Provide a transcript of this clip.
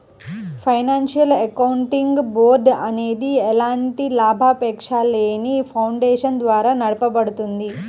financial accounting board అనేది ఎలాంటి లాభాపేక్షలేని ఫౌండేషన్ ద్వారా నడపబడుద్ది